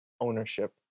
ownership